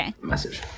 message